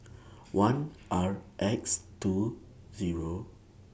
one R X two Zero